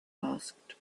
asked